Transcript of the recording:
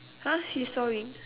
!huh! he's sawing